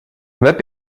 web